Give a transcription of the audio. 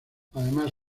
además